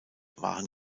waren